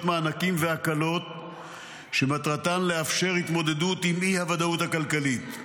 מענקים והקלות שמטרתן לאפשר התמודדות עם אי-הוודאות הכלכלית.